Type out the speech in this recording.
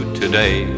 today